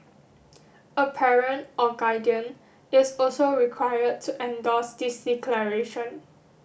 a parent or guardian is also required to endorse this declaration